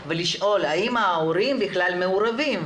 להתפרץ ולשאול האם ההורים בכלל מעורבים,